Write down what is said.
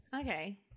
Okay